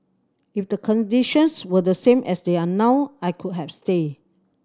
if the conditions were the same as they are now I could have stayed